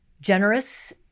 generous